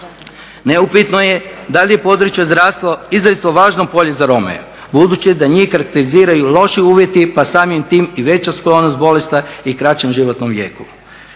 Neupitno je da li je područje zdravstva izrazito važno polje za Rome budući da njih karakteriziraju loši uvjeti, pa samim tim i veća sklonost bolesti i kraćem životnom vijeku.